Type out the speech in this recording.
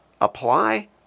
apply